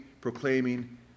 proclaiming